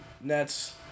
nets